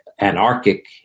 anarchic